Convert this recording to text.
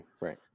Right